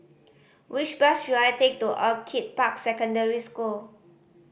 which bus should I take to Orchid Park Secondary School